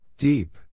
Deep